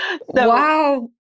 wow